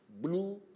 blue